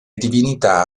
divinità